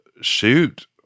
shoot